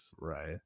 right